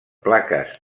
plaques